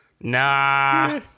Nah